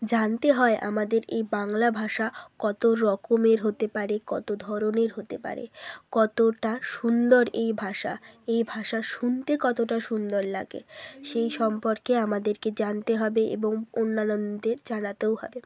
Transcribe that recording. জানতে হয় আমাদের এই বাংলা ভাষা কত রকমের হতে পারে কত ধরনের হতে পারে কতটা সুন্দর এই ভাষা এই ভাষা শুনতে কতটা সুন্দর লাগে সেই সম্পর্কে আমাদের জানতে হবে এবং অন্যান্যদের জানাতেও হবে